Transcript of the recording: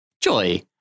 Joy